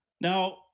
Now